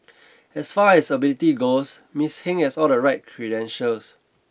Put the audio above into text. as far as ability goes Miss Hing has all the right credentials